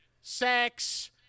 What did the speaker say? sex